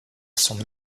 son